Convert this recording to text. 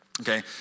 Okay